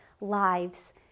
lives